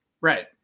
Right